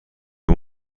آیا